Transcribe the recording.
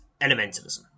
elementalism